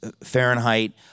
Fahrenheit